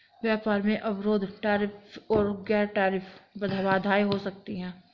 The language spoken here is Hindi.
व्यापार में अवरोध टैरिफ और गैर टैरिफ बाधाएं हो सकती हैं